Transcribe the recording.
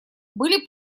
были